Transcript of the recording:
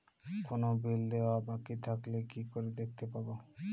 কোনো বিল দেওয়া বাকী থাকলে কি করে দেখতে পাবো?